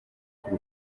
bw’u